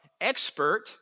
Expert